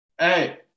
Hey